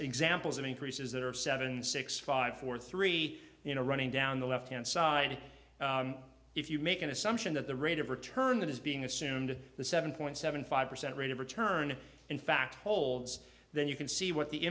examples of increases that are of seven six five four three you know running down the left hand side if you make an assumption that the rate of return that is being assumed the seven point seven five percent rate of return in fact holds then you can see what the